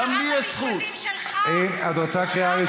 אדוני, אי-אפשר ככה.